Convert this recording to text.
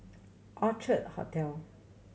Orchard Hotel